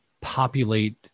populate